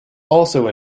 also